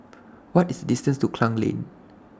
What IS distance to Klang Lane